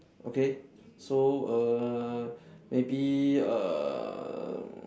okay so err maybe err